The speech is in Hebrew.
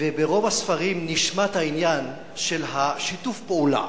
וברוב הספרים נשמט עניין שיתוף הפעולה